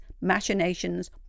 machinations